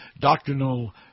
doctrinal